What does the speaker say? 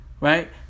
right